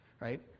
right